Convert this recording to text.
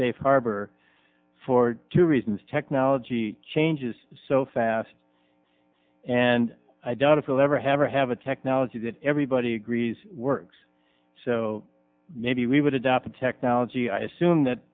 safe harbor for two reasons technology changes so fast and i doubt if you'll ever have or have a technology that everybody agrees works so maybe we would adopt a technology i assume